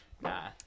Nah